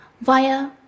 via